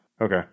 Okay